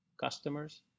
customers